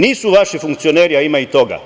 Nisu vaši funkcioneri, a ima i toga,